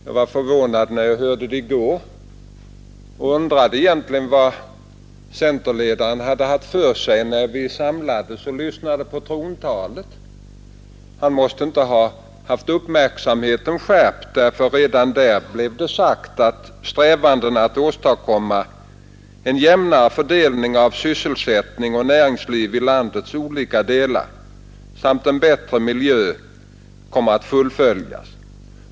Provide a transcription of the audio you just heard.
Jag blev förvånad när jag hörde det i går och undrade vad centerledaren egentligen hade haft för sig när vi samlades och lyssnade till trontalet. Han måtte inte ha haft uppmärksamheten skärpt, för redan där blev det sagt: ”Strävandena att åstadkomma en jämnare fördelning av sysselsättning och näringsliv mellan landets olika delar samt en bättre miljö fullföljas.